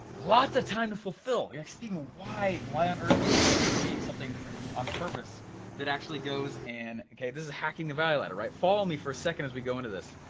lots of time to fulfill. you're like, stephen, why why on earth would we create something on purpose that actually goes and okay, this is hacking the value ladder, right? follow me for a second as we go into this.